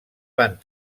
van